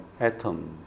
Atom